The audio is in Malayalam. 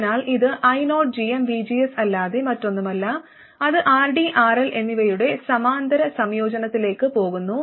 അതിനാൽ ഇത് io gmvgs അല്ലാതെ മറ്റൊന്നുമല്ല അത് RD RL എന്നിവയുടെ സമാന്തര സംയോജനത്തിലേക്ക് പോകുന്നു